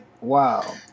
Wow